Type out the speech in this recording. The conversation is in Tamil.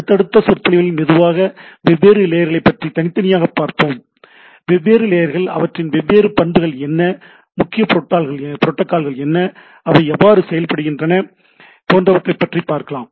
அடுத்தடுத்த சொற்பொழிவுகளில் மெதுவாக வெவ்வேறு லேயர்களைப் பற்றி தனித்தனியாக பார்ப்போம் வெவ்வேறு லேயர்கள் அவற்றின் வெவ்வேறு பண்புகள் என்ன முக்கிய புரோட்டோக்கால்கள் என்ன அவை எவ்வாறு செயல்படுகின்றன போன்றவற்றைப் பற்றி பார்க்கலாம்